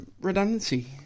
redundancy